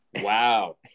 Wow